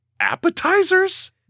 Appetizers